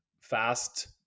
fast